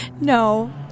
No